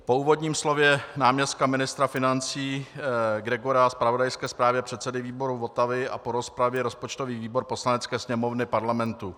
Po úvodním slově náměstka ministra financí Gregora, zpravodajské zprávě předsedy výboru Votavy a po rozpravě rozpočtový výbor Poslanecké sněmovny Parlamentu: